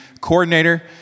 coordinator